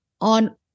on